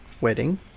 wedding